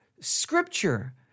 scripture